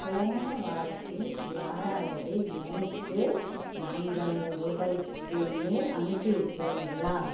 போன வாரத்தில் யாராவது எனக்கு நான்காயிரம் ரூபாய்க்கு மேல் அனுப்பி இருக்கிறார்களா